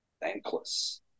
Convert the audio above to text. thankless